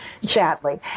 sadly